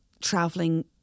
traveling